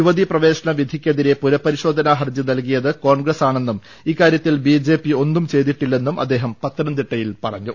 യുവതി പ്രവേശന വിധിക്കെതിരെ പുനപരിശോധനാ ഹർജി നൽകിയത് കോൺഗ്രസ്സാണെന്നും ഇക്കാര്യത്തിൽ ബിജെപി ഒന്നും ചെയ്തിട്ടില്ലെന്നും അദ്ദേഹം പത്തനംതിട്ടയിൽ പറഞ്ഞു